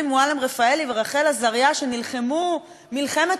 שנלחמו מלחמת חורמה נגד הרבה מאוד דברים,